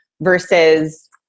versus